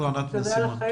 ענת בן סימון.